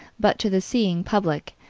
but to the seeing public,